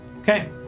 Okay